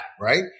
right